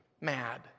mad